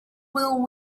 will